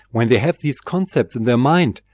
when they have these concepts in their mind,